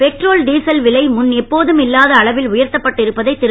petrol diesel விலை முன் எப்போதும் இல்லாத அளவில் உயர்த்தப்பட்டு இருப்பதை திரு